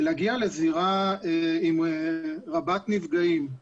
להגיע לזירה רבת נפגעים,